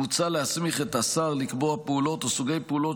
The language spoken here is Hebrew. מוצע להסמיך את השר לקבוע פעולות או סוגי פעולות